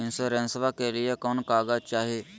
इंसोरेंसबा के लिए कौन कागज चाही?